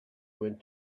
went